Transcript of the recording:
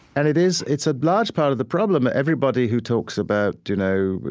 and it is it's a large part of the problem. everybody who talks about, you know,